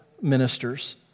ministers